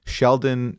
Sheldon